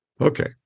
Okay